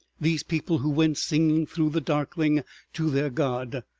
these people who went singing through the darkling to their god.